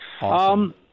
Awesome